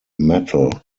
metal